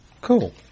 Cool